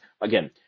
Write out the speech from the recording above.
again